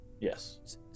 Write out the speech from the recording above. yes